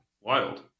wild